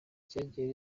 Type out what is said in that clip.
ryagiye